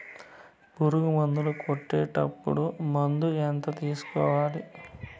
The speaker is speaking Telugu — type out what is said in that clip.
పులుగు మందులు కొట్టేటప్పుడు మందు ఎంత తీసుకురావాలి?